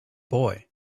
boy